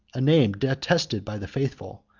a name detested by the faithful,